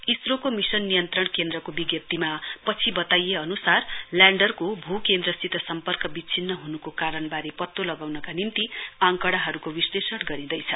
इसरोको mission नियन्त्रण केन्द्रको विज्ञप्तीमा पछि बताइए अनुसार ल्याण्डरको भूकेन्द्रसित सम्पर्क विच्छिन्न हुनुको कारणबारे पत्तो लगाउनका निम्ति आकंड़ाहरूको विश्लेषण गरिँदैछ